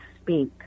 speak